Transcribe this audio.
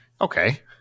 Okay